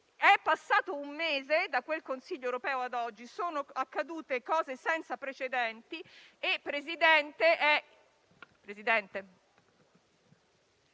È passato un mese da quel Consiglio europeo ad oggi, sono accadute cose senza precedenti e, signor Presidente,